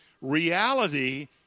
Reality